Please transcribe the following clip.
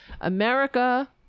America